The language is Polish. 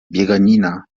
bieganina